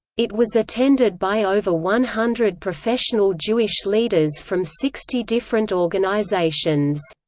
it was attended by over one hundred professional jewish leaders from sixty different organizations.